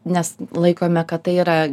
nes laikome kad tai yra